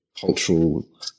cultural